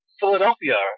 Philadelphia